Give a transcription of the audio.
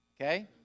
Okay